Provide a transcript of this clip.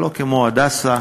אבל לא כמו "הדסה",